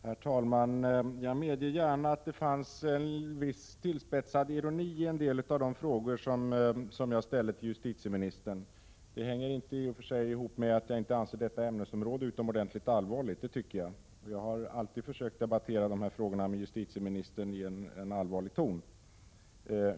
Herr talman! Jag medger att det fanns en viss tillspetsad ironi i en del av de frågor som jag ställde till justitieministern. Det hänger inte ihop med att jag inte anser att detta ämnesområde är utomordentligt allvarligt — det tycker jag att det är. Jag har alltid försökt att debattera dessa frågor med justitieministern i en allvarlig ton.